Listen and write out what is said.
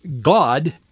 God